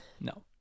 No